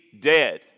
dead